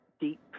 deep